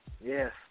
Yes